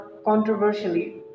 Controversially